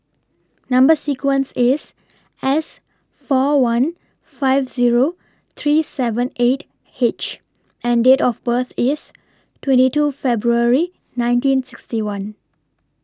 Number sequence IS S four one five Zero three seven eight H and Date of birth IS twenty two February nineteen sixty one